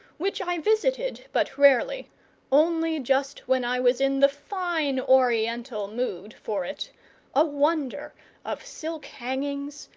which i visited but rarely only just when i was in the fine oriental mood for it a wonder of silk hangings,